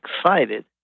excited